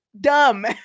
dumb